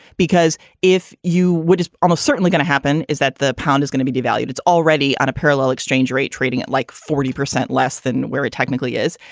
because if you would almost certainly going to happen is that the pound is gonna be devalued. it's already on a parallel exchange rate trading at like forty percent less than where it technically is.